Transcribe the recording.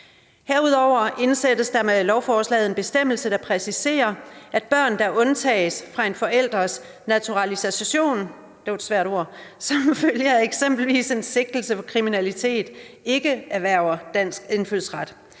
Herudover indsættes der med lovforslaget en bestemmelse, der præciserer, at børn, der undtages fra en forælders naturalisation som følge af eksempelvis en sigtelse for en kriminel handling, ikke erhverver dansk indfødsret.